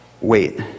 Wait